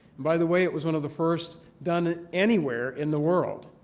by the way, it was one of the first done anywhere in the world.